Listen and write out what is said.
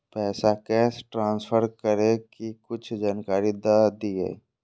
पैसा cash transfer करऐ कि कुछ जानकारी द दिअ